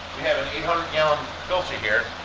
we have an eight hundred gallon filter here.